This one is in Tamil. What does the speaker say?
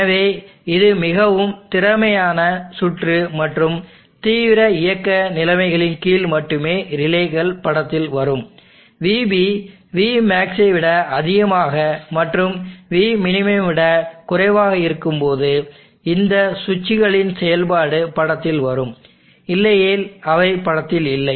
எனவே இது மிகவும் திறமையான சுற்று மற்றும் தீவிர இயக்க நிலைமைகளின் கீழ் மட்டுமே ரிலேக்கள் படத்தில் வரும் vB vmax ஐ விட அதிகமாக மற்றும் vmin விட குறைவாக இருக்கும் போது இந்த சுவிட்சுகளின் செயல்பாடு படத்தில் வரும் இல்லையெனில் அவை படத்தில் இல்லை